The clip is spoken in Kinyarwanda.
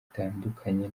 itandukanye